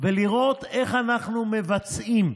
ולראות איך אנחנו מבצעים.